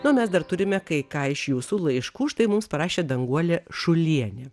na o mes dar turime kai ką iš jūsų laiškų štai mums parašė danguolė šulienė